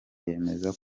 yemeza